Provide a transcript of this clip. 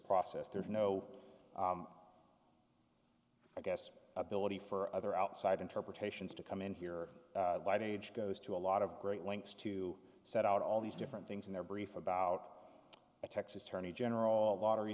process there's no i guess the ability for other outside interpretations to come in here light age goes to a lot of great lengths to set out all these different things in their brief about a texas attorney general lottery